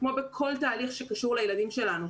כמו בכל תהליך שקשור לילדים שלנו,